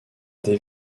des